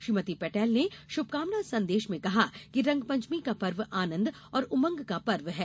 श्रीमती पटेल ने शुभकामना संदेश में कहा कि रंगपंचमी का पर्व आनंद और उमंग का पर्व है